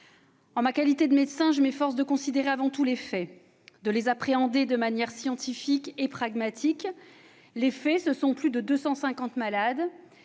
En ma qualité de médecin, je m'efforce de considérer avant tout les faits, de les appréhender de manière scientifique et pragmatique. Les faits, ce sont plus de 250 malades